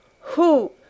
Who